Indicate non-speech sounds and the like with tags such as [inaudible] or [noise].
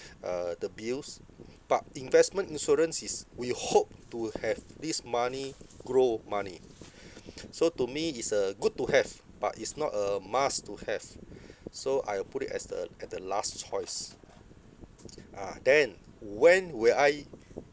uh the bills but investment insurance is we hope to have this money grow money [breath] so to me is a good to have but it's not a must to have so I will put it as the at the last choice [noise] ah then when will I